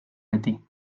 beti